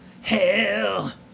Hell